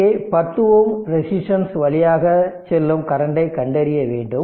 இங்கே 10 Ω ரெசிஸ்டன்ஸ் வழியாக செல்லும் கரண்டை கண்டறிய வேண்டும்